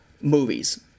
movies